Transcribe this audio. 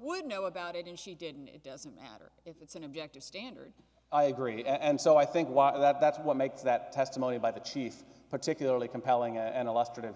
would know about it and she didn't it doesn't matter if it's an objective standard i agree and so i think that that's what makes that testimony by the chief particularly compelling and a law student